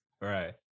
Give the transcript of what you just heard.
Right